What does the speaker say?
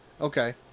Okay